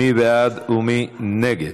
מי בעד ומי נגד?